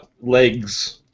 legs